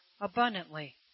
abundantly